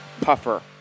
puffer